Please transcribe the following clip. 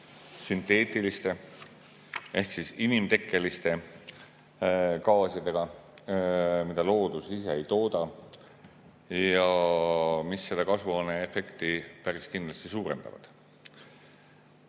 sünteetiliste ehk inimtekkeliste gaasidega, mida loodus ise ei tooda ja mis kasvuhooneefekti päris kindlasti suurendavad.